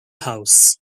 house